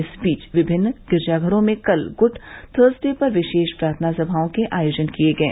इस बीच विभिन्न गिरिजाघरो में कल गुड थ्रसडे पर विशेष प्रार्थना सभाओं के आयोजन किए गये